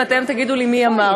ואתם תגידו לי מי אמר.